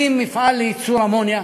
להקים מפעל לייצור אמוניה,